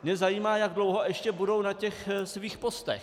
Zajímá mě, jak dlouho ještě budou na těch svých postech.